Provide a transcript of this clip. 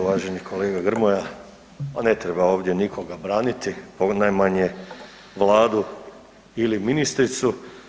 Uvaženi kolega Grmoja, pa ne treba ovdje nikoga braniti, a najmanje vladu ili ministricu.